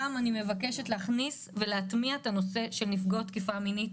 אני גם מבקשת להכניס ולהטמיע את הנושא של נפגעות תקיפה מינית.